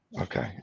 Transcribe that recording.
okay